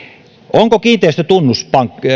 onko kiinteistötunnus